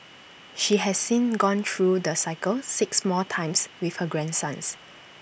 she has since gone through the cycle six more times with her grandsons